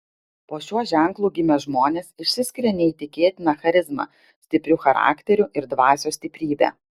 po šiuo ženklu gimę žmonės išsiskiria neįtikėtina charizma stipriu charakteriu ir dvasios stiprybe